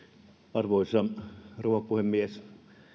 arvoisa rouva puhemies